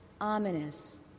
ominous